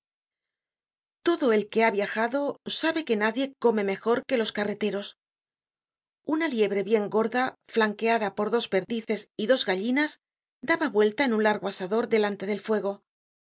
todo el que ha viajado sabe que nadie come mejor que los carreteros una liebre bien gorda flanqueda por dos perdices y dos gallinas daba vueltas en un largo asador delante del fuego